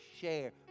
share